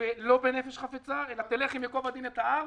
לא בנפש חפצה אלא תלך עם "ייקוב הדין את ההר",